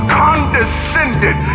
condescended